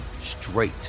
straight